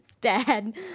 Dad